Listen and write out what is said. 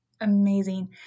amazing